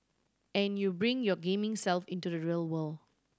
and you bring your gaming self into the real world